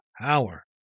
power